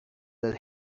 that